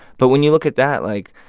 but when you look at that, like,